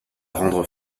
rendre